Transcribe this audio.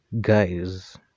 guys